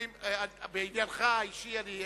בעניינך האישי לא,